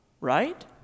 right